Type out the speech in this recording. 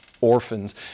orphans